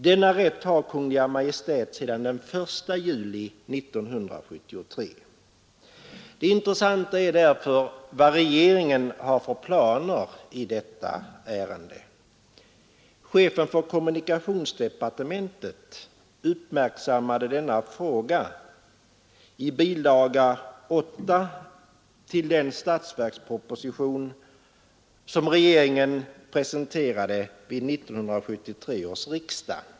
Denna rätt har Kungl. Maj:t sedan den 1 juli 1973. Det intressanta är därför vad regeringen har för planer i detta ärende. Chefen för kommunikationsdepartementet uppmärksammade denna fråga i bilaga 8 till den statsverksproposition som regeringen presenterade vid 1973 års riksdag.